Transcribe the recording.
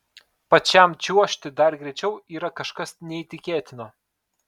pačiam čiuožti dar greičiau yra kažkas neįtikėtino